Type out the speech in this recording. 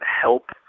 help